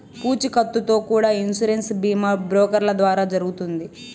పూచీకత్తుతో కూడా ఇన్సూరెన్స్ బీమా బ్రోకర్ల ద్వారా జరుగుతుంది